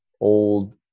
old